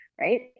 right